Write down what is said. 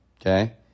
okay